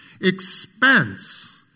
expense